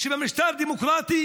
שבמשטר דמוקרטי